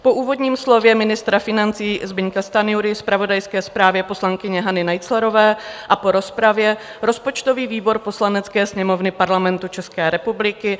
Po úvodním slově ministra financí Zbyňka Stanjury, zpravodajské zprávě poslankyně Hany Naiclerové a po rozpravě rozpočtový výbor Poslanecké sněmovny Parlamentu České republiky